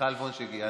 מיכל וונש הגיעה.